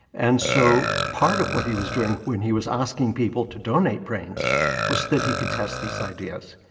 and so part of what he was doing when he was asking people to donate brains was that he could test these ideas.